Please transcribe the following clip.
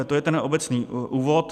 To je ten obecný úvod.